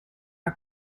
are